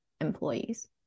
employees